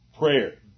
prayer